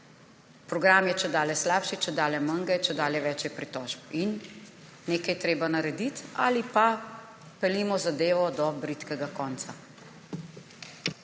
Program je čedalje slabši, čedalje manj ga je, čedalje več je pritožb. Nekaj je treba narediti ali pa peljimo zadevo do bridkega konca.